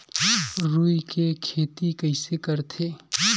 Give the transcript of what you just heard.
रुई के खेती कइसे करथे?